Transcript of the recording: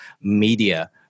media